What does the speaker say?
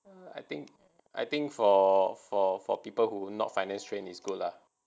I think I think for for for people who not finance train is good lah